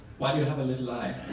why do you have a little eye?